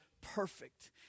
perfect